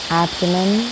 abdomen